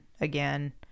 again